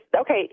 okay